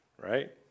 right